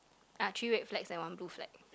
ah three red flags and one blue flag